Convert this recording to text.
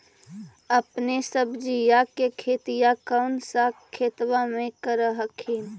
अपने सब्जिया के खेतिया कौन सा खेतबा मे कर हखिन?